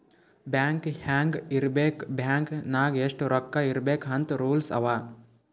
bank ಹ್ಯಾಂಗ್ ಇರ್ಬೇಕ್ bank ನಾಗ್ ಎಷ್ಟ ರೊಕ್ಕಾ ಇರ್ಬೇಕ್ ಅಂತ್ ರೂಲ್ಸ್ ಅವಾ